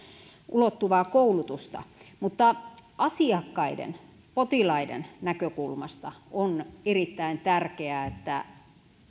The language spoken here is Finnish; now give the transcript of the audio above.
ulottuvaa koulutusta asiakkaiden potilaiden näkökulmasta on erittäin tärkeää että